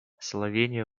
словения